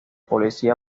policía